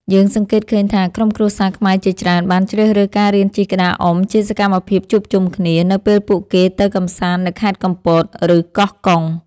យើងសង្កេតឃើញថា ក្រុមគ្រួសារខ្មែរជាច្រើនបានជ្រើសរើសការរៀនជិះក្តារអុំជាសកម្មភាពជួបជុំគ្នា នៅពេលពួកគេទៅកម្សាន្តនៅខេត្តកំពត ឬកោះកុង។